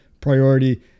priority